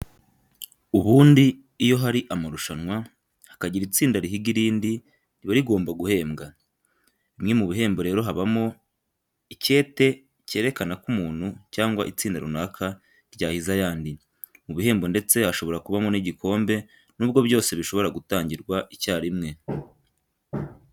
Ubundi iyo hari amarushanwa, hakagira itsinda rihiga irindi riba rigomba guhembwa. Bimwe mu bihembo rero habamo icyete kerekana ko umuntu cyangwa itsinda runaka ryahize ayandi. Mu bihembo ndetse hashobora kubamo n'igikombe nubwo byose bishobora gutangirwa icyarimwe.